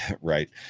right